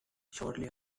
shortly